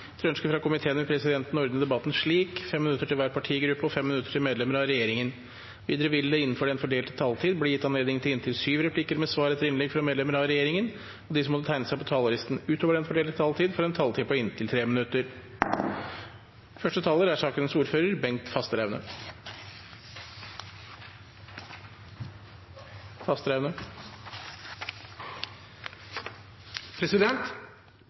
Etter ønske fra utenriks- og forsvarskomiteen vil presidenten ordne debatten slik: 5 minutter til hver partigruppe og 5 minutter til medlemmer av regjeringen. Videre vil det – innenfor den fordelte taletid – bli gitt anledning til inntil syv replikker med svar etter innlegg fra medlemmer av regjeringen, og de som måtte tegne seg på talerlisten utover den fordelte taletid, får en taletid på inntil 3 minutter.